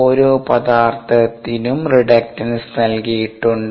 ഓരോ പദാർത്ഥത്തിനും റിഡക്റ്റൻസ് നൽകിയിട്ടുണ്ട്